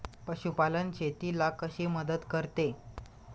पशुपालन शेतीला कशी मदत करते?